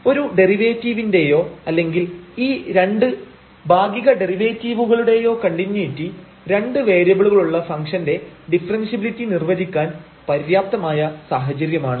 ഒരു ഡെറിവേറ്റീവിന്റെയോ അല്ലെങ്കിൽ ഈ രണ്ട് ഭാഗിക ഡെറിവേറ്റീവുകളുടെയോ കണ്ടിന്യൂയിറ്റി രണ്ട് വേരിയബിളുകളുള്ള ഫംഗ്ഷന്റെ ഡിഫറൻഷ്യബിലിറ്റി നിർവ്വചിക്കാൻ പര്യാപ്തമായ സാഹചര്യമാണ്